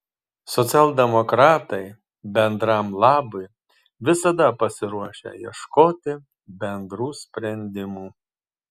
socialdemokratai bendram labui visada pasiruošę ieškoti bendrų sprendimų